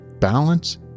balance